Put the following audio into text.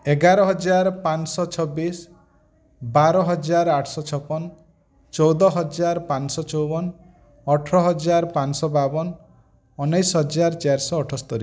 ଏଗାର ହଜାର ପାଞ୍ଚଶହ ଛବିଶ ବାର ହଜାର ଆଠଶ ଛପନ ଚଉଦ ହଜାର ପାଞ୍ଚଶହ ଚଉବନ ଅଠର ହଜାର ପାଞ୍ଚଶହ ବାଉନ ଉଣେଇଶି ହଜାର ଚାରି ଶହ ଅଠସ୍ତରି